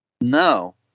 no